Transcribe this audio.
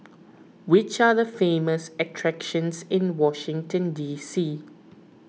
which are the famous attractions in Washington D C